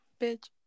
Bitch